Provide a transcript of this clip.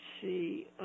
see